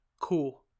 cool